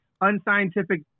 unscientific